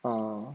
orh